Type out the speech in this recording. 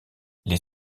les